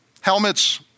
Helmets